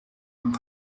dan